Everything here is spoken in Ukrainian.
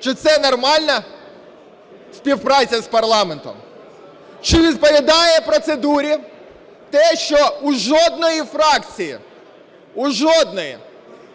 Чи це нормальна співпраця з парламентом? Чи відповідає процедурі те, що у жодної фракції, у жодної,